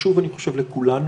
חיים.